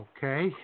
Okay